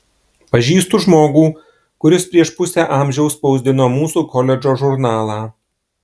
pažįstu žmogų kuris prieš pusę amžiaus spausdino mūsų koledžo žurnalą